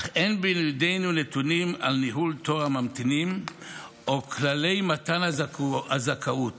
אך אין בידינו נתונים על ניהול תור הממתינים או כללי מתן הזכאות.